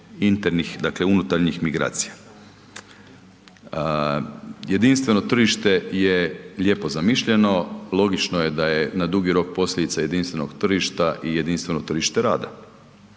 internih, dakle unutarnjih migracija. Jedinstveno tržište je lijepo zamišljeno, logično je da je na dugi rok posljedica jedinstvenog tržišta i jedinstveno tržište rada.